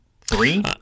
Three